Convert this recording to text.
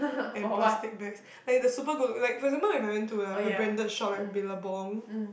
and plastic bags like the super good looking like for example if I went to like a branded shop like Billabong